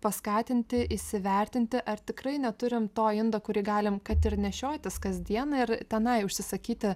paskatinti įsivertinti ar tikrai neturim to indo kurį galim kad ir nešiotis kasdieną ir tenai užsisakyti